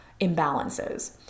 imbalances